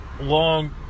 long